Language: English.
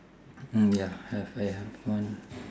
ya have I have one